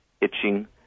itching